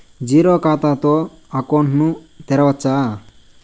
Zero ఖాతా తో account ను తెరవచ్చా?